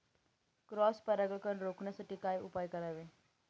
Cross परागकण रोखण्यासाठी काय उपाय करावे?